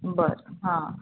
बरं हां